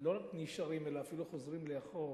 לא רק נשארים אלא אפילו חוזרים לאחור,